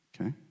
okay